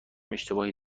اشتباهی